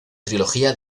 trilogía